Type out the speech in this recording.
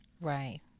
right